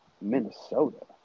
Minnesota